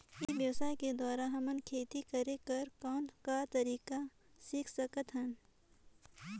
ई व्यवसाय के द्वारा हमन खेती करे कर कौन का तरीका सीख सकत हन?